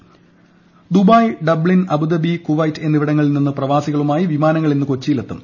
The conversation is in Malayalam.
കൊച്ചി വിമാനങ്ങൾ ദുബായ് ഡബ്ലിൻ അബുദാബി കുവൈറ്റ് എന്നിവിടങ്ങളിൽ നിന്ന് പ്രവാസികളുമായി വിമാന്നിങ്ങൾ ഇന്ന് കൊച്ചിയിലെത്തും